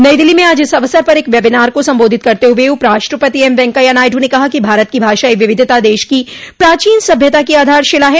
नई दिल्ली में आज इस अवसर पर एक वेबिनार को संबोधित करते हुए उपराष्ट्रपति एम वेंकैया नायडु ने कहा कि भारत की भाषायी विविधता देश की प्राचीन सभ्यता की आधारशिला है